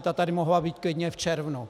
Ta tady mohla být klidně v červnu!